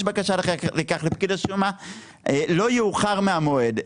בקשה לכך לפקיד השומה לא יאוחר' מהמועד.